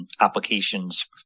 applications